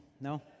no